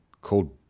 called